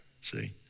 see